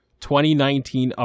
2019